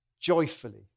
joyfully